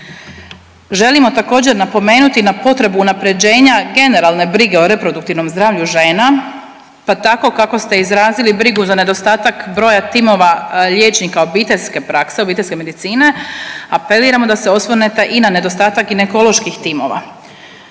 Želimo također, napomenuti na potrebu unaprjeđenje generalne brige o reproduktivnom zdravlju žena, pa tako kako ste izrazili brigu za nedostatak broja timova liječnika obiteljske prakse, obiteljske medicine, apeliramo da se osvrnete i na nedostatak ginekoloških timova.